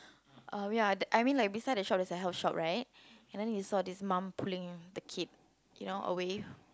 um ya I mean like beside the shop there's a health shop right and then you saw this mum pulling the kid you know away